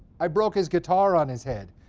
i broke his guitar on his head.